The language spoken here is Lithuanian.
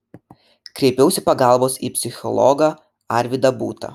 kreipiausi pagalbos į psichologą arvydą būtą